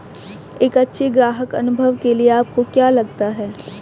एक अच्छे ग्राहक अनुभव के लिए आपको क्या लगता है?